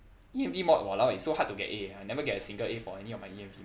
E_M_D mod !walao! it's so hard to get A I never got a single A for any of my E_M_D